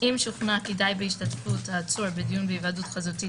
- אם שוכנע כי די בהשתתפות העצור בדיון בהיוועדות חזותית,